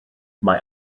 mae